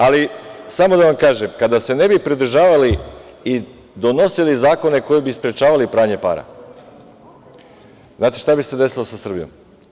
Ali, samo da vam kažem, kada se ne bi pridržavali i donosili zakone koji bi sprečavali pranje para, znate šta bi se desilo sa Srbijom?